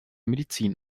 medizin